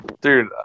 Dude